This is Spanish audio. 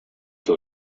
que